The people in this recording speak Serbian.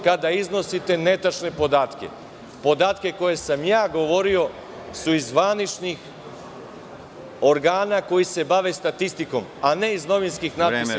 Kada iznosite netačne podatke, podatke koje sam ja govorio su iz zvaničnih organa koji se bave statistikom, a ne iz novinskih natpisa i članaka.